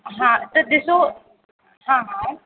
हा त ॾिसो हा हा